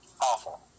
awful